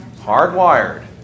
Hardwired